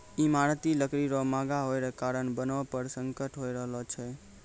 ईमारती लकड़ी रो महगा होय रो कारण वनो पर संकट होय रहलो छै